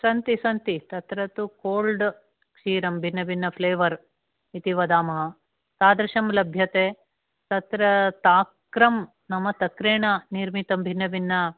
सन्ति सन्ति तत्र तु कोल्ड् क्षीरं भिन्नभिन्न फ़्लेवर् इति वदामः तादृशं लभ्यते तत्र तक्रं नाम तक्रेण निर्मितं भिन्नभिन्न